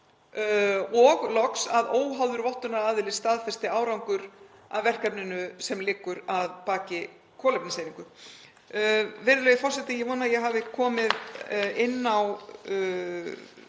og loks að óháður vottunaraðili staðfesti árangur af verkefninu sem liggur að baki kolefniseiningu. Virðulegi forseti. Ég vona að ég hafi komið inn á